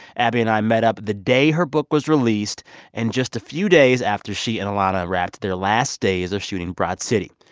abbi and i met up the day her book was released and just a few days after she and ilana wrapped their last days of shooting broad city.